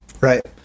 Right